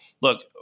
look